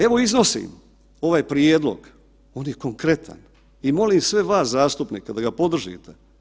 Evo iznosim ovaj prijedlog, on je konkretan i molim sve vas zastupnike da ga podržite.